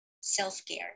Self-care